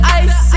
ice